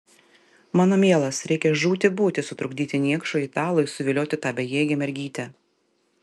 mano mielas reikia žūti būti sutrukdyti niekšui italui suvilioti tą bejėgę mergytę